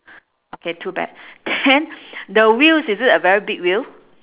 okay too bad then the wheels is it a very big wheel